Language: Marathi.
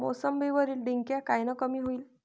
मोसंबीवरील डिक्या कायनं कमी होईल?